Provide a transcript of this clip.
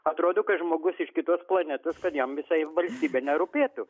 atrodo kad žmogus iš kitos planetos kad jam visai valstybė nerūpėtų